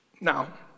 Now